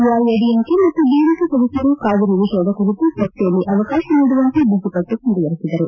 ಎಐಎಡಿಎಂಕೆ ಮತ್ತು ಡಿಎಂಕೆ ಸದಸ್ನರು ಕಾವೇರಿ ವಿಷಯದ ಕುರಿತು ಚರ್ಚೆಯಲ್ಲಿ ಅವಕಾಶ ನೀಡುವಂತೆ ಬಿಗಿಪಟ್ಟು ಮುಂದುವರಿಸಿದರು